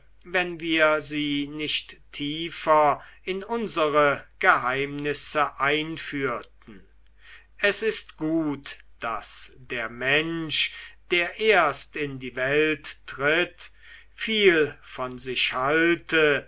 wenn wir sie nicht tiefer in unsere geheimnisse einführten es ist gut daß der mensch der erst in die welt tritt viel von sich halte